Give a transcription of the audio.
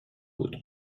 بود